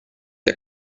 der